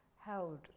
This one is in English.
held